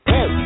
Hey